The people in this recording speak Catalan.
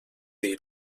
dir